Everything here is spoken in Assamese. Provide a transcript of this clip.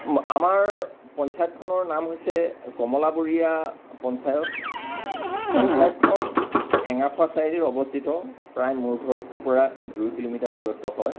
আমাৰ পঞ্চায়তখনৰ নাম হৈছে কমলাবৰীয়া পঞ্চায়ত পঞ্চায়তখন এঙাৰখোৱা চাৰিআলিত অৱস্থিত প্ৰায় মোৰ ঘৰৰ পৰা দুই কিলোমিটাৰ দূৰত্ব হয়